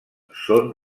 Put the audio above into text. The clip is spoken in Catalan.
són